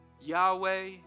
Yahweh